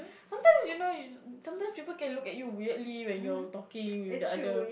sometimes you know you sometimes people can look at you weirdly when you are talking with the other